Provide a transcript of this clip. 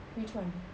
which one